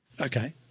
Okay